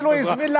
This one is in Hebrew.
אפילו הזמין לנו,